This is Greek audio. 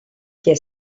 και